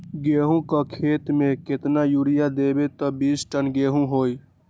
गेंहू क खेती म केतना यूरिया देब त बिस टन गेहूं होई?